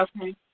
Okay